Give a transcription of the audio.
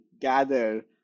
gather